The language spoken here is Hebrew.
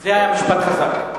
זה היה משפט חזק.